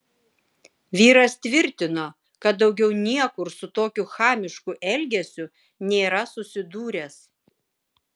vyras tvirtino kad daugiau niekur su tokiu chamišku elgesiu nėra susidūręs